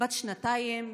בת שנתיים,